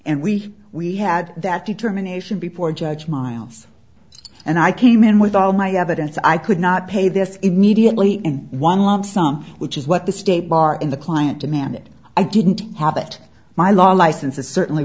and we we had that determination before judge miles and i came in with all my evidence i could not pay this immediately in one lump sum which is what the state bar in the client demanded i didn't have it my law license is certainly